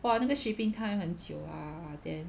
!whoa! 那个 shipping time 很久啊 then